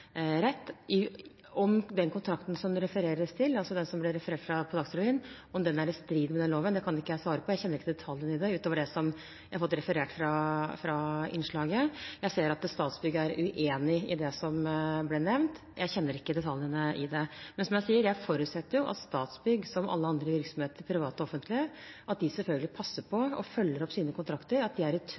rett. Om den kontrakten som det refereres til, altså den som det ble referert til i Dagsrevyen, er i strid med loven, kan ikke jeg svare på. Jeg kjenner ikke detaljene utover det som jeg har fått referert fra innslaget. Jeg ser at Statsbygg er uenig i det som ble nevnt. Jeg kjenner ikke detaljene i det. Men, som jeg sier, jeg forutsetter at Statsbygg, som alle andre virksomheter, private og offentlige, passer på og følger opp at deres kontrakter er i tråd med loven. Jeg forventer at Statsbygg, som alle andre selskaper, rydder opp i